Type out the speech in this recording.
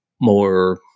more